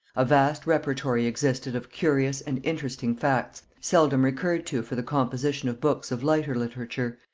a vast repertory existed of curious and interesting facts seldom recurred to for the composition of books of lighter literature,